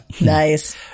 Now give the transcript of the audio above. Nice